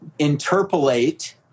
interpolate